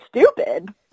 stupid